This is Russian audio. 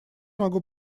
могу